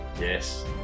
Yes